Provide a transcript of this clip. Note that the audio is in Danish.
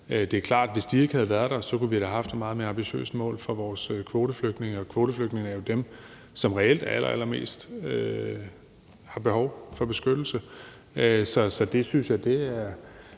Det er klart, at hvis de ikke havde været der, kunne vi da have haft et meget mere ambitiøst mål for vores kvoteflygtninge. Kvoteflygtninge er jo dem, der reelt har allerallermest behov for beskyttelse, så det synes jeg klart